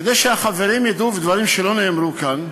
כדי שהחברים ידעו דברים שלא נאמרו כאן,